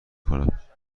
کنم